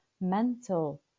mental